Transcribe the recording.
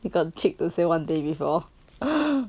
you got the cheek to say one day before ah